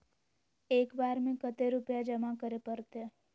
एक बार में कते रुपया जमा करे परते?